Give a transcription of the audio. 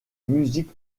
musique